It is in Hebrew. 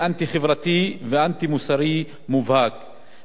וראוי הוא כי ייענש בכל חומר הדין.